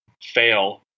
fail